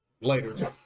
later